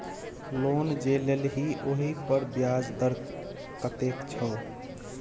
loan जे लेलही ओहिपर ब्याज दर कतेक छौ